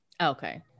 Okay